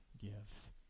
give